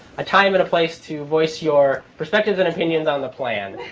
a time and a place to voice your perspectives and opinions on the plan.